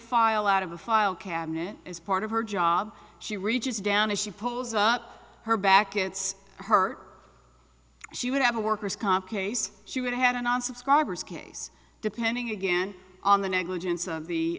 file out of a file cabinet as part of her job she reaches down as she pulls out her back it's hurt she would have a worker's comp case she would handle non subscribers case depending again on the negligence of the